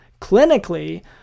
Clinically